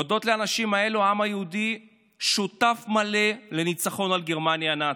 הודות לאנשים האלו העם היהודי שותף מלא לניצחון על גרמניה הנאצית.